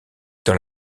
dans